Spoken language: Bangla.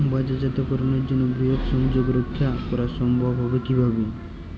বাজারজাতকরণের জন্য বৃহৎ সংযোগ রক্ষা করা সম্ভব হবে কিভাবে?